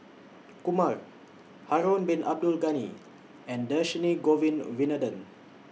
Kumar Harun Bin Abdul Ghani and Dhershini Govin Winodan